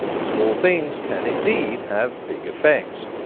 small things can indeed have big effects.